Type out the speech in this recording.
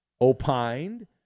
opined